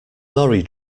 lorry